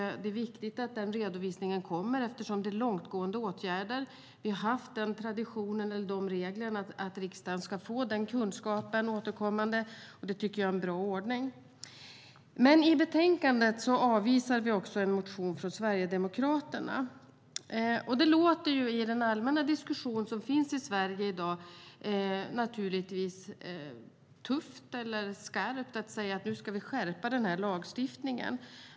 Det är viktigt att denna redovisning kommer, eftersom det här är långtgående åtgärder. Vi har haft som tradition och regel att riksdagen ska få denna kunskap återkommande, och det tycker jag är en bra ordning. I betänkandet avvisar vi också en motion från Sverigedemokraterna. I den allmänna diskussion som finns i Sverige i dag låter det naturligtvis tufft eller skarpt att säga att vi nu ska skärpa lagstiftningen.